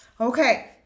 Okay